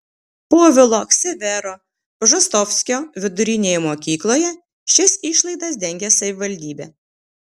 povilo ksavero bžostovskio vidurinėje mokykloje šias išlaidas dengia savivaldybė